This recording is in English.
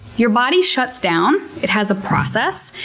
your body shuts down. it has a process,